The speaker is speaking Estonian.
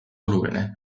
oluline